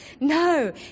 No